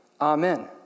Amen